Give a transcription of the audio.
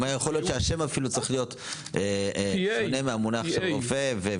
יכול להיות שהשם אפילו צריך להיות שונה מהמונח של רופא.